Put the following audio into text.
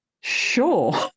sure